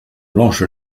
blanche